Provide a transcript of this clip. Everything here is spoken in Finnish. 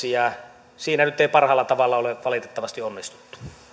jonkunlainen kompromissi siinä nyt ei parhaalla tavalla ole valitettavasti onnistuttu